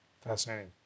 Fascinating